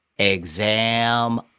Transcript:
Exam